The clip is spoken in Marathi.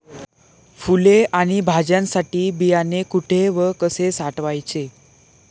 फुले आणि भाज्यांसाठी बियाणे कुठे व कसे साठवायचे?